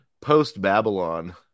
post-Babylon